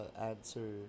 answer